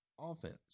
offense